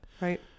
right